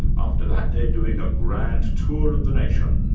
after that, they're doing a grand tour of the nation.